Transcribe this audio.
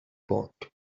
bought